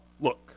Look